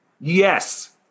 Yes